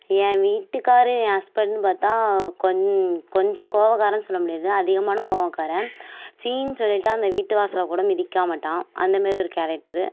ஏன் வீட்டுக்காரு ஏன் ஹஸ்பண்டுனு பாத்தா கொஞ் கொஞ்சோம் கோவக்காரனு சொல்ல முடியாது அதிகமான கோபக்காரன் ச்சீனு சொல்லிட்டாள் அந்த வீட்டு வாசலை கூட மிதிக்க மாட்டான் அந்தமாரி ஒரு கேரக்ட்ரு